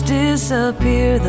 disappear